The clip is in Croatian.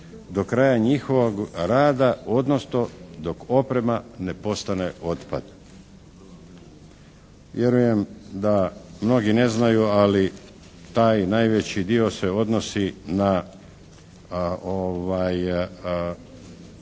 do kraja njihovog rada, odnosno dok oprema ne postane otpad. Vjerujem da mnogi ne znaju, ali taj najveći dio se odnosi na